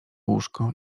łóżko